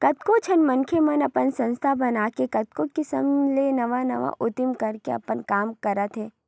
कतको झन मनखे मन ह अपन संस्था बनाके कतको किसम ले नवा नवा उदीम करके अपन काम ल करत हे